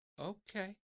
okay